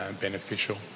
beneficial